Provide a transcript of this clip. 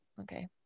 okay